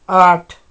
आठ